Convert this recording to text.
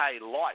light